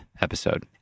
episode